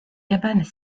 cabanes